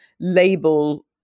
label